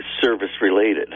service-related